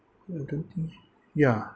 I don't think ya